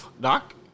Doc